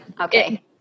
Okay